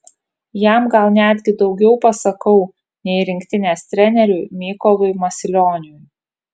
jam gal netgi daugiau pasakau nei rinktinės treneriui mykolui masilioniui